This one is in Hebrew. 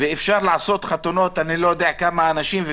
ואפשר לעשות חתונות אני לא יודע כמה אנשים.